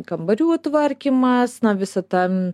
kambarių tvarkymas na visa ta